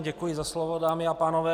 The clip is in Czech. Děkuji za slovo, dámy a pánové.